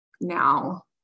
now